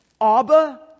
Abba